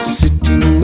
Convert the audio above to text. sitting